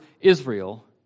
Israel